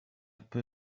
peu